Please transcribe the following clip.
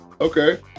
Okay